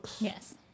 Yes